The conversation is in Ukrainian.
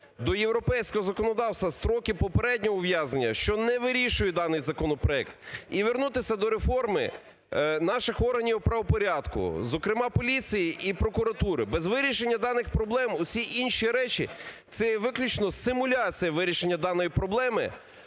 до європейського законодавства строки попереднього ув'язнення, що не вирішує даний законопроект і вернутися до реформи наших органів правопорядку, зокрема поліції і прокуратури. Без вирішення даних проблем усі інші речі це є виключно симуляція вирішення даної проблеми